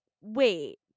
wait